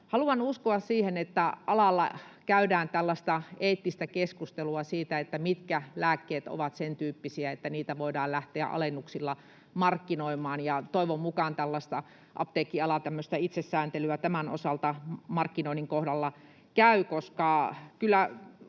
haluan uskoa siihen, että alalla käydään eettistä keskustelua siitä, mitkä lääkkeet ovat sentyyppisiä, että niitä voidaan lähteä alennuksilla markkinoimaan. Toivon mukaan apteekkiala tämmöistä itsesääntelyä tämän osalta markkinoinnin kohdalla käy, koska kyllä